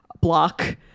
block